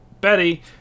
Betty